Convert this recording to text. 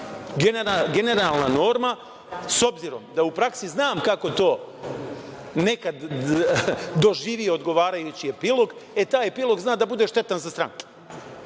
Generalna norma. S obzirom da u praksi znam kako to nekad doživi odgovarajući epilog, taj epilog zna da bude štetan za stranke,